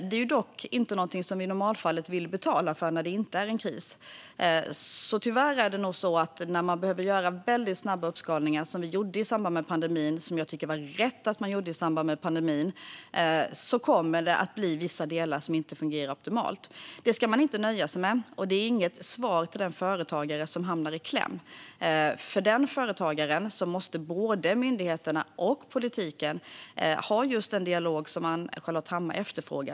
Det är dock inte någonting som vi i normalfallet vill betala för när det inte är en kris. Tyvärr är det nog så att när man behöver göra väldigt snabba uppskalningar som vi gjorde i samband med pandemin, och som jag tycker att det var rätt att man gjorde i samband med pandemin, kommer det att bli vissa delar som inte fungerar optimalt. Det ska man inte nöja sig med. Det är inget svar till den företagare som hamnar i kläm. För den företagaren måste både myndigheterna och politiken ha just den dialog som Ann-Charlotte Hammar Johnsson efterfrågar.